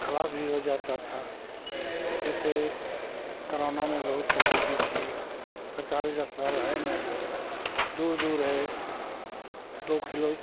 खराब भी हो जाता था ऐसे करोनो में बहुत तकलीफी थी सरकारी अस्पताल है नहीं दूर दूर है दो किलो